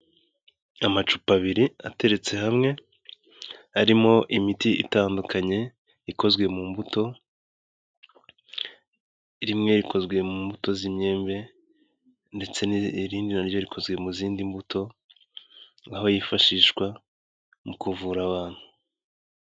Amacupa abiri ateretse hamwe arimo imiti itandukanye ikozwe mu mbuto, rimwe rikozwe mu mbuto z'imyembe ndetse irindi na ryo rikozwe mu zindi mbuto aho yifashishwa mu kuvura abantu.